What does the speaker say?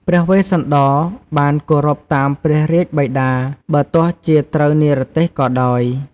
ព្រះវេស្សន្តរបានគោរពតាមព្រះរាជបិតា បើទោះជាត្រូវនិរទេសក៏ដោយ។